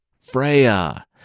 Freya